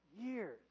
years